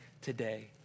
today